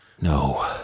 No